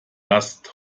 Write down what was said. last